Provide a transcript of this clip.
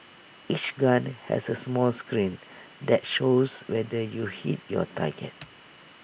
each gun has A small screen that shows whether you hit your target